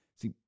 See